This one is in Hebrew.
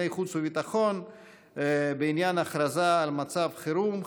חוץ וביטחון בעניין הכרזה על מצב חירום,